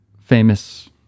famous